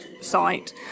site